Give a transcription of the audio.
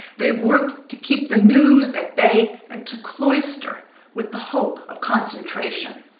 they've worked to keep the news at bay and to cloister with the hope of concentration,